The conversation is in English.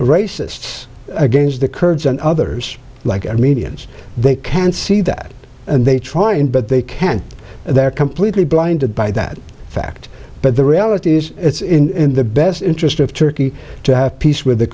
racists against the kurds and others like i medians they can see that and they try and but they can't they're completely blinded by that fact but the reality is it's in the best interest of turkey to have peace with the